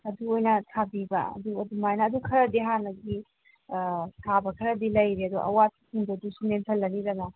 ꯑꯗꯨ ꯑꯣꯏꯅ ꯊꯥꯕꯤꯕ ꯑꯗꯨ ꯑꯗꯨꯃꯥꯏꯅ ꯑꯗꯨ ꯈꯔꯗꯤ ꯍꯥꯟꯅꯒꯤ ꯊꯥꯕ ꯈꯔꯗꯤ ꯂꯩꯔꯦ ꯑꯗꯣ ꯑꯋꯥꯠꯄꯁꯤꯡ ꯑꯗꯨꯁꯨ ꯃꯦꯟꯁꯤꯜꯂꯅꯤꯗꯅ